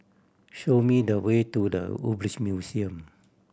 show me the way to The Woodbridge Museum